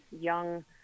young